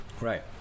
Right